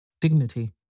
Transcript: dignity